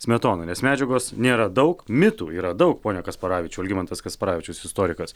smetoną nes medžiagos nėra daug mitų yra daug pone kasparavičiau algimantas kasparavičius istorikas